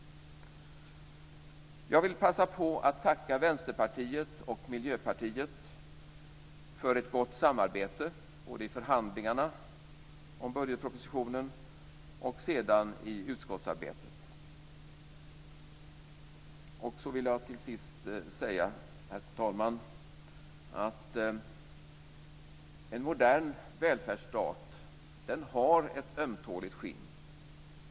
Jag vill passa på att tacka Vänsterpartiet och Miljöpartiet för ett gott samarbete både i förhandlingarna om budgetpropositionen och i utskottsarbetet. Till sist, herr talman, vill jag säga att en modern välfärdsstat har ett ömtåligt skinn.